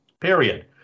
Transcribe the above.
period